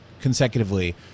consecutively